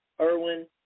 Irwin